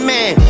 Man